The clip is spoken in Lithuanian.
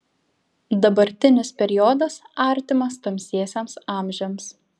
dabartinis periodas artimas tamsiesiems amžiams